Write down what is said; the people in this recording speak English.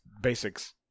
basics